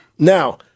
Now